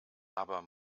aber